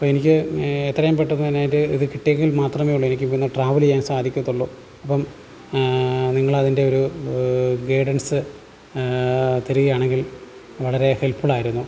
അപ്പം എനിക്ക് എത്രയും പെട്ടെന്ന് തന്നെ ഇത് ഇത് കിട്ടിയെങ്കിൽ മാത്രമേ ഉള്ളു എനിക്ക് പിന്നെ ട്രാവൽ ചെയ്യാൻ സാധിക്കത്തുള്ളൂ അപ്പം നിങ്ങളതിൻ്റെ ഒരു ഗൈഡൻസ് തരികയാണെങ്കിൽ വളരെ ഹെൽപ്പ് ഫുള്ളായിരുന്നു